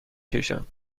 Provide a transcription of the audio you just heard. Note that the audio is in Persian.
کشم